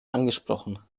angesprochen